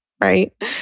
right